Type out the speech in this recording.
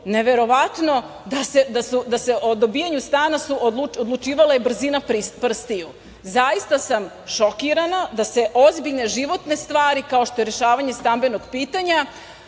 neverovatno da su o dobijanju stana odlučivale brzina prstiju. Zaista sam šokirana da se ozbiljne životne stvari, kao što je rešavanje stambenog pitanja